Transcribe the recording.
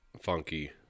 funky